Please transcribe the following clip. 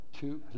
two